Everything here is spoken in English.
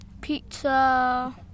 pizza